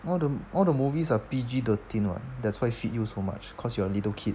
all the all the movies are P_G thirteen [what] that's why fit you so much cause you're a little kid